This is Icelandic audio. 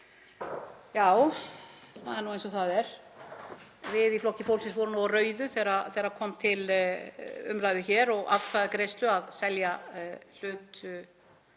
Já, það er nú eins og það er, við í Flokki fólksins vorum á rauðu þegar það kom til umræðu hér og atkvæðagreiðslu að selja hlut